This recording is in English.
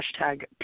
hashtag